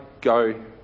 go